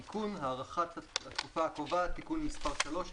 תיקון) (הארכת התקופה הקובעת)(תיקון מס' 3),